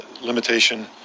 limitation